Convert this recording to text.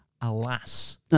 alas